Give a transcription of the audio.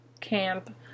camp